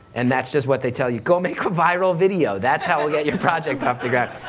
and that's just what they tell you, go make a viral video, that's how we'll get your project off the ground.